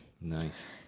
Nice